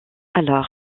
alors